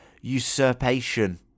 usurpation